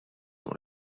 dans